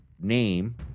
name